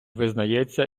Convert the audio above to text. визнається